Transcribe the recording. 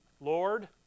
Lord